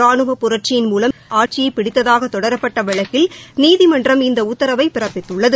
ரானுவ புரட்சியின் மூலம் ஆட்சியைப் பிடித்ததாக தொடரப்பட்ட வழக்கில் நீதிமன்றம் இந்த உத்தரவை பிறப்பித்குள்ளது